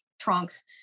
trunks